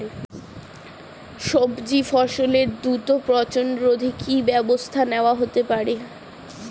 সবজি ফসলের দ্রুত পচন রোধে কি ব্যবস্থা নেয়া হতে পারে?